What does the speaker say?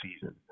season